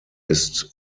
ist